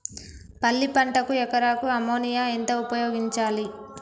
పల్లి పంటకు ఎకరాకు అమోనియా ఎంత ఉపయోగించాలి?